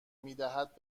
میدهد